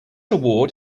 award